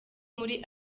muri